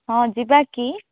ହଁ ଯିବାକି